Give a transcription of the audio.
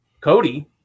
Cody